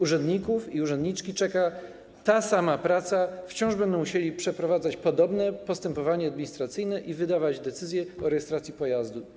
Urzędników i urzędniczki czeka ta sama praca, wciąż będą musieli przeprowadzać podobne postępowanie administracyjne i wydawać decyzje o rejestracji pojazdu.